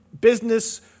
business